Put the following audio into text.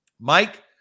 Mike